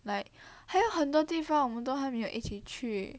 like 还有很多地方我们都还没有一起去